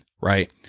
right